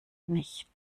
nichts